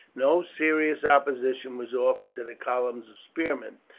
no serious opposition was offered to the columns of spearmen,